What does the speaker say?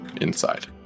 inside